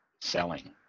selling